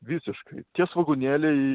visiškai tie svogūnėliai